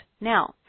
Now